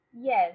Yes